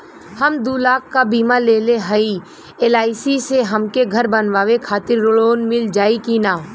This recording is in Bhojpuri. हम दूलाख क बीमा लेले हई एल.आई.सी से हमके घर बनवावे खातिर लोन मिल जाई कि ना?